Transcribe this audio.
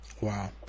wow